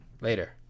Later